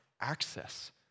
access